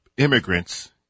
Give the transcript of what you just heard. Immigrants